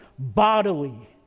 bodily